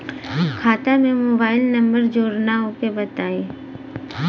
खाता में mobile number जोड़ना ओके बताई?